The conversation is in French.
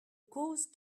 cause